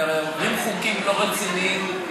הרי עוברים חוקים לא רציניים,